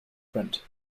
print